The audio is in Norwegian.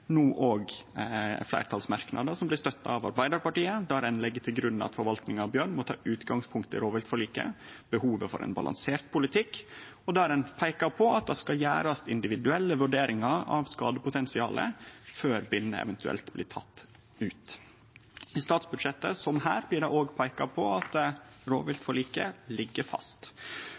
no òg fleirtalsmerknader som blir støtta av Arbeidarpartiet, der ein legg til grunn at forvaltninga av bjørn må ta utgangspunkt i rovviltforliket, behovet for ein balansert politikk, og der ein peikar på at det skal gjerast individuelle vurderingar av skadepotensialet før binner eventuelt blir tekne ut. I statsbudsjettet, som her, blir det òg peika på at rovviltforliket ligg fast.